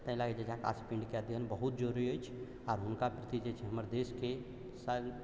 ताहि लएकऽ आकाशीय पिण्ड के अध्ययन बहुत जरूरी अछि आ हुनका प्रति जे छै हमर देशके सँ